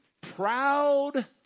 proud